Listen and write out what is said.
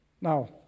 Now